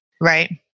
Right